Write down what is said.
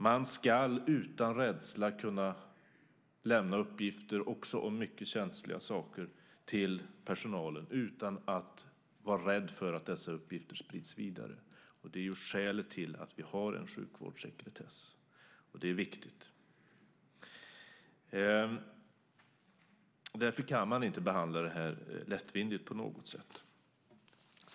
Man ska utan rädsla kunna lämna uppgifter också om mycket känsliga saker till personalen utan att vara rädd för att dessa uppgifter sprids vidare. Det är skälet till att vi har en sjukvårdssekretess. Det är viktigt. Därför kan man inte behandla det här lättvindigt på något sätt.